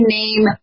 name